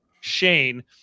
Shane